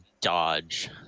dodge